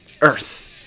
Earth